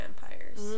vampires